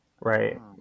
right